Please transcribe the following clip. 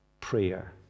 prayer